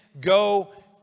go